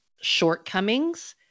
shortcomings